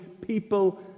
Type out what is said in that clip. people